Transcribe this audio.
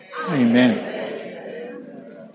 Amen